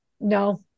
No